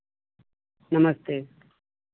नमस्ते